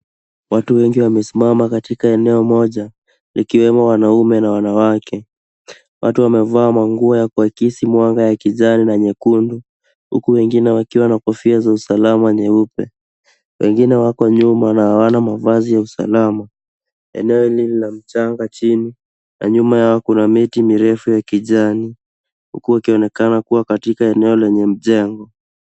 Watu wengi wamesimama katika eneo moja ikiwemo wanaume na wanawake. Watu wamevaa manguo ya kuakisi mwanga ya kijani na nyekundu huku wengine wakiwa na kofia za usalama nyeupe. Wengine wako nyuma na hawana mavazi ya usalama. Eneo hili lina mchanga chini na nyuma yao kuna miti mirefu ya kijani huku wakionekana kuwa katika eneo lenye mjengo.